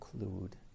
include